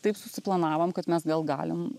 taip susiplanavom kad mes gal galim